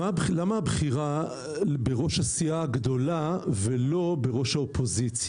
למה הבחירה בראש הסיעה הגדולה ולא בראש האופוזיציה.